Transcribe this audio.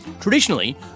Traditionally